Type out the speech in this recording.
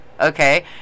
okay